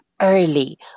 early